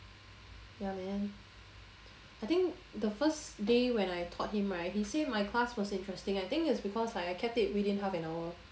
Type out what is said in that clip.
ya man I think the first day when I taught him right he say my class was interesting I think is because I kept it within half an hour